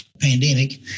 pandemic